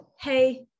hey